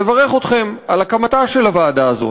לברך אתכם על הקמתה של הוועדה הזאת.